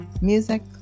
music